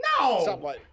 No